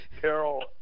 Carol